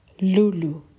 lulu